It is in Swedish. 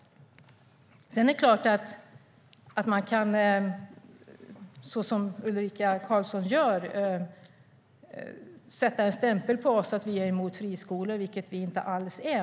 Det är klart att man kan sätta en stämpel på oss, så som Ulrika Carlsson gör, att vi är emot friskolor. Det är vi inte alls.